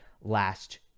last